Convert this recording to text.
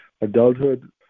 adulthood